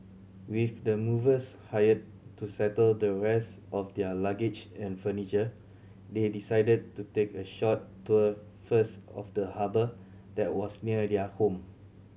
with the movers hired to settle the rest of their luggage and furniture they decided to take a short tour first of the harbour that was near their home